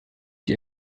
die